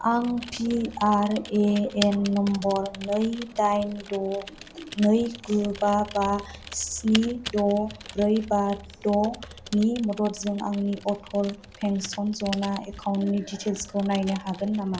आं P R A N number नै दाइन द' नै गु बा बा स्नि द' ब्रै बा द'नि मददजों आंनि अटल पेन्सन य'जना एकाउन्टनि डिटेइल्सखौ नायनो हागोन नामा